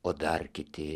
o dar kiti